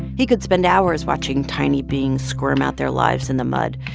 he could spend hours watching tiny beings squirm out their lives in the mud.